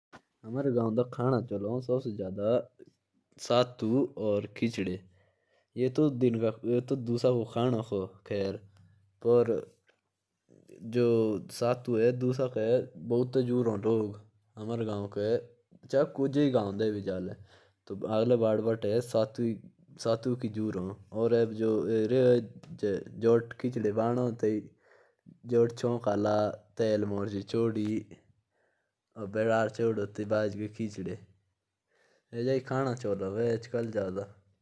हमारे यहां सबसे जादा खिचड़ी बनाई जाती है। और हमारे यहां सत्तू खाते हैं और उसे मट्ठे के साथ खाते हैं।